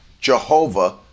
Jehovah